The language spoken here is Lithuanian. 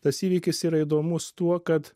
tas įvykis yra įdomus tuo kad